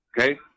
Okay